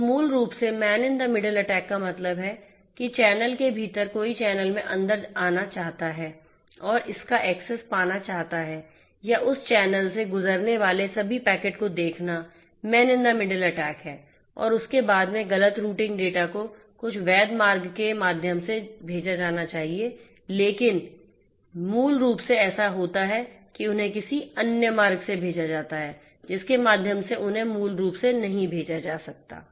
तो मूल रूप से man in the middle attack का मतलब है कि चैनल के भीतर कोई चैनल में अंदर आना चाहता है और इसका एक्सेस पाना चाहता है या उस चैनल से गुजरने वाले सभी पैकेट को देखना man in the middle attack है और उसके बाद में गलतरूटिंग डेटा को कुछ वैध मार्ग के माध्यम से भेजा जाना चाहिए लेकिन मूल रूप से ऐसा होता है कि उन्हें किसी अन्य मार्ग से भेजा जाता है जिसके माध्यम से उन्हें मूल रूप से नहीं भेजा जाता है